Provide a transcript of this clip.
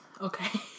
okay